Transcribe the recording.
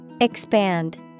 Expand